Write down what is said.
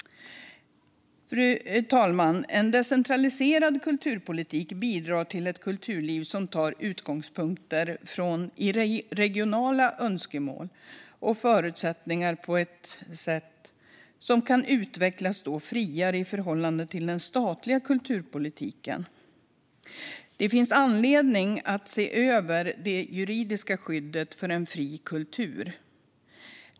Fru talman! En decentraliserad kulturpolitik bidrar till ett kulturliv som tar sin utgångspunkt i regionala önskemål och förutsättningar och på så sätt kan utvecklas friare i förhållande till den statliga kulturpolitiken. Det finns anledning att se över det juridiska skyddet för en fri kultur.